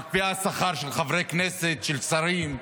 מקפיאה שכר של חברי כנסת, של שרים,